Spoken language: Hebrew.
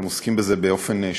אתם עוסקים בזה באופן שוטף,